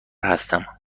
هستم